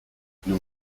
nous